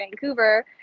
Vancouver